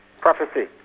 prophecy